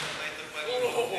אני מבין שאתה היית פעיל נייטרלי.